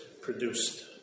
produced